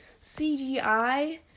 cgi